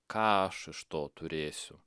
ką aš iš to turėsiu